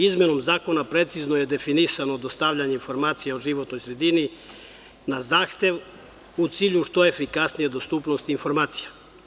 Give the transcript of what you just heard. Izmenom zakona precizno je definisano dostavljanje informacija o životnoj sredini na zahtev, u cilju što efikasnije dostupnosti informacija.